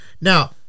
Now